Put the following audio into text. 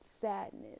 sadness